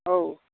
औ